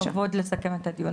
הכבוד לסכם את הדיון,